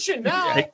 now